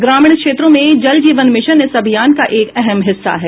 ग्रामीण क्षेत्रों में जल जीवन मिशन इस अभियान का एक अहम हिस्सा है